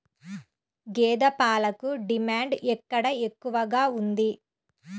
గేదె పాలకు డిమాండ్ ఎక్కడ ఎక్కువగా ఉంది?